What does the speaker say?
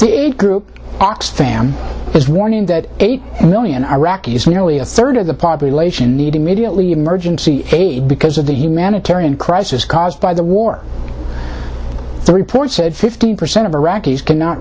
aid group oxfam is warning that eight million iraqis nearly a third of the population need immediately emergency aid because of the humanitarian crisis caused by the war three point said fifteen percent of iraqis cannot